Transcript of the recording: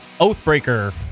Oathbreaker